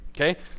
Okay